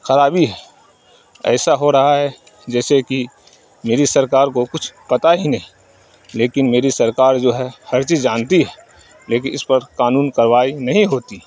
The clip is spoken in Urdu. خرابی ہے ایسا ہو رہا ہے جیسے کہ میری سرکار کو کچھ پتہ ہی نہیں لیکن میری سرکار جو ہے ہر چیز جانتی ہے لیکن اس پر قانون کارروائی نہیں ہوتی